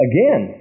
Again